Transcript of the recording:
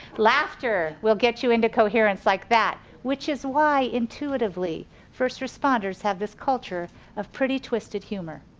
laughter will get you into coherence like that. which is why intuitively first responders have this culture of pretty twisted humor,